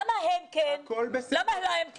למה להם כן?